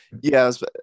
Yes